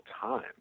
time